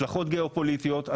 השלכות גיאופוליטיות,